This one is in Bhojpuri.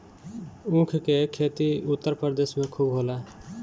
ऊख के खेती उत्तर प्रदेश में खूब होला